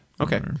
Okay